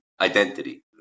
identity